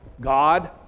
God